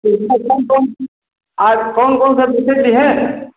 तो इसमें कौन कौन सी आप कौन कौन सा विषय लिए हैं